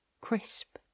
crisp